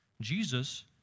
Jesus